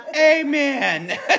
Amen